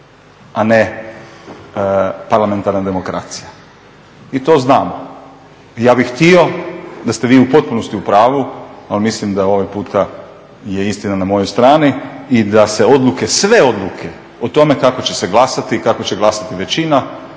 a ne parlamentarna demokracija i to znamo. Ja bih htio da ste vi u potpunosti u pravu, no mislim da je ovaj puta istina na mojoj strani i da se odluke, sve odluke o tome kako će se glasati, kako će glasati većina